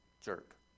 jerk